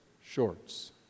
shorts